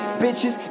bitches